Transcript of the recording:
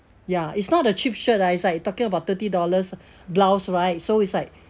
ya it's not a cheap shirt I was like talking about thirty dollars blouse right so it's like